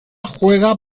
juega